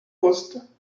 poste